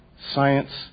science